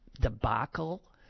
debacle